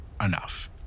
enough